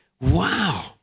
Wow